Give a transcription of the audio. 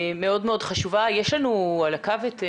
יש לנו על הקו את דפנה,